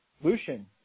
Lucian